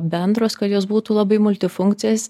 bendros kad jos būtų labai multifunkcės